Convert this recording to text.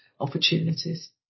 opportunities